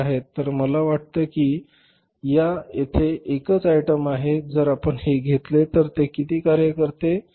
तर मला वाटतं की या येथे फक्त हा एकच आयटम आहे जर आपण हे घेतले तर ते किती कार्य करते